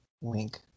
Wink